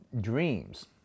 dreams